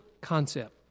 concept